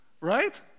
right